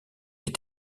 est